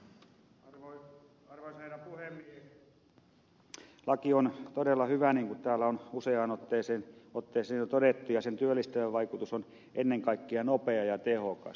laki on todella hyvä niin kuin täällä on useaan otteeseen jo todettu ja sen työllistävä vaikutus on ennen kaikkea nopea ja tehokas